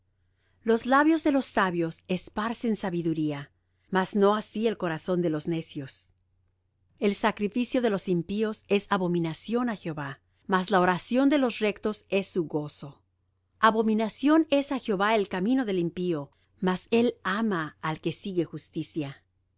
los labios de los sabios esparcen sabiduría mas no así el corazón de los necios el sacrificio de los impíos es abominación á jehová mas la oración de los rectos es su gozo abominación es á jehová el camino del impío mas él ama al que sigue justicia la